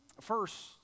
First